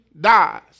dies